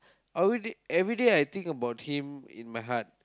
every~ everyday I think about him in my heart